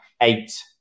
eight